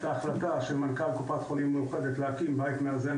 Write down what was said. ההחלטה של מנכ"ל קופת חולים מאוחדת להקים בית מאזן